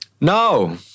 No